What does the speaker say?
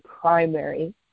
primary